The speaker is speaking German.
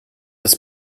des